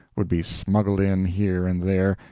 would be smuggled in, here and there,